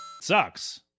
sucks